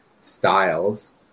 styles